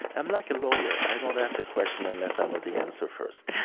i'm like a lawyer. i don't ask a question unless i know the answer first.